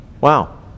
Wow